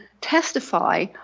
testify